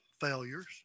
failures